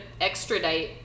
extradite